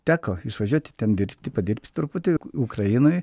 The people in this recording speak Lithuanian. teko išvažiuoti ten dirbti padirbti truputį ukrainoj